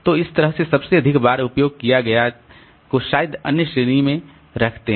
तो इस तरह से सबसे अधिक बार उपयोग किया किया गया को शायद अन्य श्रेणी मैं रखते हैं